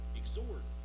exhort